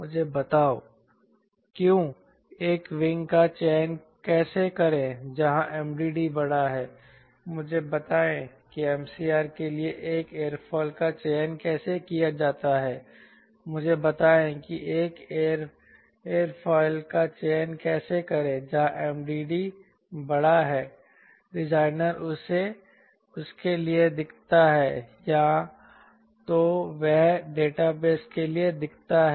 मुझे बताओ क्यों एक विंग का चयन कैसे करें जहां MDD बड़ा है मुझे बताएं कि MCR के लिए एक एयरोफिल का चयन कैसे किया जाता है मुझे बताएं कि एक एडियोफिल का चयन कैसे करें जहां MDD बड़ा है डिजाइनर उसके लिए दिखता है या तो वह डेटाबेस के लिए दिखता है